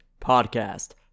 podcast